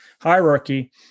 hierarchy